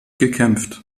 gekämpft